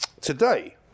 today